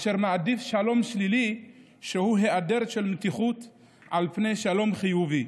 אשר מעדיף שלום שלילי שהוא היעדר מתיחות על פני שלום חיובי,